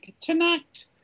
tonight